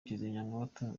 kizimyamoto